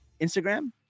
Instagram